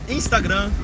Instagram